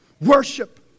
Worship